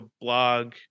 blog